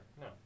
No